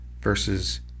versus